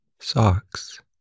socks